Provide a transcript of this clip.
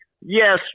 Yes